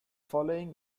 following